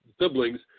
siblings